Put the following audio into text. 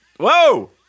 Whoa